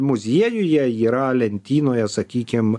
muziejuje yra lentynoje sakykim